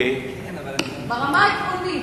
ברמה העקרונית.